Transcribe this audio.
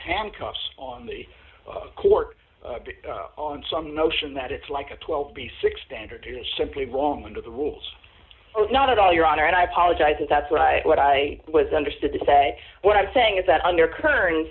handcuffs on the court on some notion that it's like a twelve b six standard is simply wrong under the rules not at all your honor and i apologize if that's what i what i was understood to say what i'm saying is that under current